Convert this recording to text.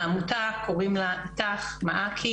העמותה קוראים לה אית"ך-מעכי,